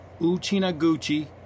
uchinaguchi